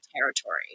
territory